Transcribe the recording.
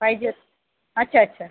पाहिजेत अच्छा अच्छा